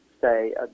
say